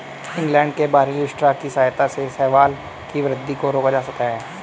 England में barley straw की सहायता से शैवाल की वृद्धि को रोका जाता है